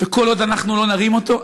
וכל עוד אנחנו לא נרים אותו,